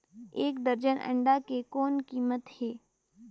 एक दर्जन अंडा के कौन कीमत हे?